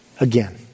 again